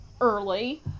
early